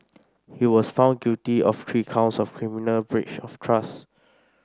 he was found guilty of three counts of criminal breach of trust